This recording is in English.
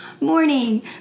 morning